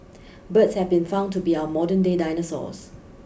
birds have been found to be our modern day dinosaurs